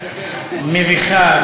מביכה,